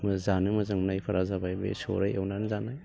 जानो मोजां मोननायफोरा जाबाय बे सौराय एवनानै जानाय